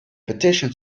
petition